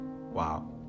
Wow